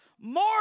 more